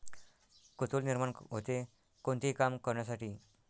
कुतूहल निर्माण होते, कोणतेही काम करण्यासाठी